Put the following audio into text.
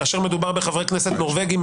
כאשר מדובר בחברי כנסת נורבגים,